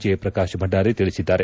ಜಯಪ್ರಕಾಶ್ ಬಂಡಾರಿ ತಿಳಿಸಿದ್ದಾರೆ